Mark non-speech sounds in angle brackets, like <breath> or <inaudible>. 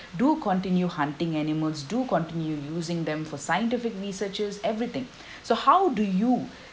do continue hunting animals do continue using them for scientific researchers everything <breath> so how do you